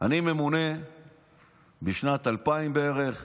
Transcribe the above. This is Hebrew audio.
אני ממונה בשנת 2000 בערך